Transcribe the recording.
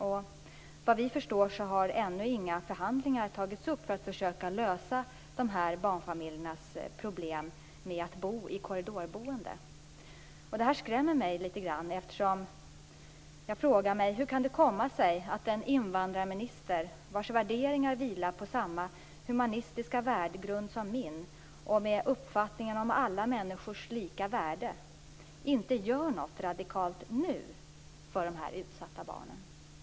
Såvitt vi förstår har inte några förhandlingar tagits upp ännu; detta för att försöka lösa de här barnfamiljernas problem med korridorboendet. Det här skrämmer mig litet grand. Hur kan det komma sig att en invandrarminister, vars värderingar vilar på samma humanistiska värdegrund som min och med uppfattningen om alla människors lika värde, inte gör någonting radikalt nu för de här utsatta barnen?